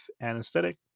anesthetic